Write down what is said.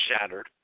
shattered